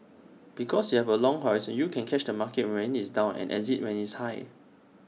because you have A long horizon you can catch the market when IT is down and exit when it's high